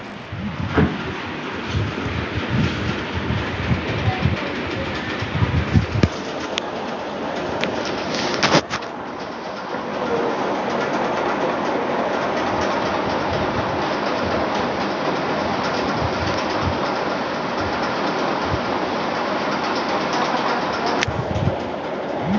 कटहल के फल दुनिया में सबसे बड़ा फल के नाम से जानल जा हइ